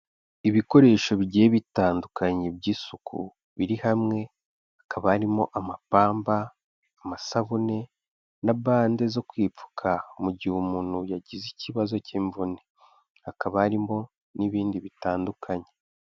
Ibikoresho bigiye bitandukanye by'isuku biri hamwe, hakaba harimo amapamba, amasabune na bande zo kwipfuka mu gihe umuntu yagize ikibazo cy'imvune, hakaba harimo n'ibindi bitandukanye.